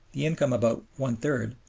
the income about one-third,